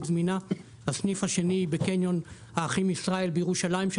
זמינה והסניף השני בקניון האחים ישראל בירושלים שהוא